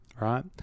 right